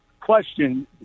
question